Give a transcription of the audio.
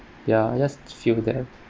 ya I just feel that